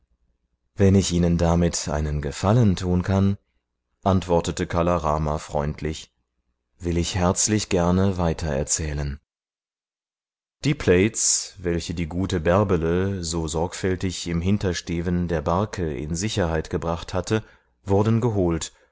wenn ich ihnen damit einen gefallen tun kann antwortete kala rama freundlich will ich herzlich gerne weiter erzählen die plaids welche die gute bärbele so sorgfältig im hintersteven der barke in sicherheit gebracht hatte wurden geholt